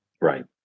Right